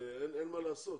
אין מה לעשות,